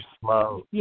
slow